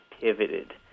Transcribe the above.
pivoted